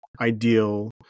ideal